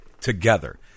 together